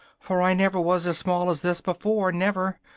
for i never was as small as this before, never!